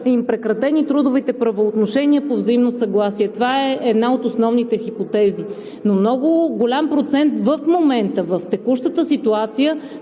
са прекратени трудовите правоотношения по взаимно съгласие. Това е една от основните хипотези. Много голям процент в момента, в текущата ситуация,